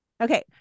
Okay